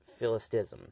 philistism